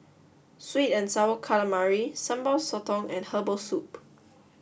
Sweet and Sour Calamari Sambal Sotong and Herbal Soup